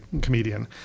comedian